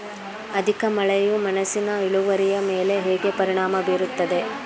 ಅಧಿಕ ಮಳೆಯು ಮೆಣಸಿನ ಇಳುವರಿಯ ಮೇಲೆ ಹೇಗೆ ಪರಿಣಾಮ ಬೀರುತ್ತದೆ?